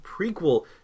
prequel